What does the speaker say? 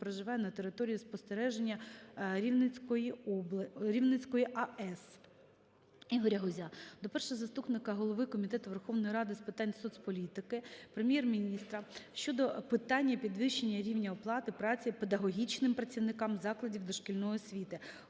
проживає на території зони спостереження Рівненської АЕС. Ігоря Гузя до першого заступника голови Комітету Верховної Ради з питань соцполітики, Прем'єр-міністра щодо питання підвищення рівня оплати праці педагогічним працівникам закладів дошкільної освіти.